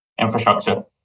infrastructure